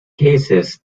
cases